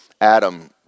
Adam